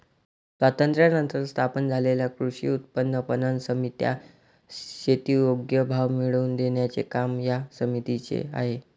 स्वातंत्र्यानंतर स्थापन झालेल्या कृषी उत्पन्न पणन समित्या, शेती योग्य भाव मिळवून देण्याचे काम या समितीचे आहे